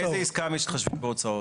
באיזו עסקה מתחשבים בהוצאות?